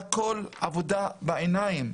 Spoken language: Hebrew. הכל עבודה בעיניים,